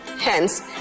Hence